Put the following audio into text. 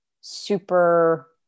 super